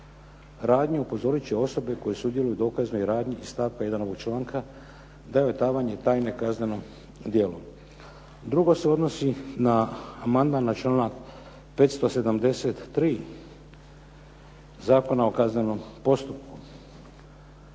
upozoriti će osobe koje sudjeluju u dokaznoj radnji iz stavka 1. ovog članka da je odavanje tajne kazneno djelo." Drugo se odnosi na amandman na članak 573. Zakona o kaznenom postupku.